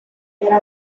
era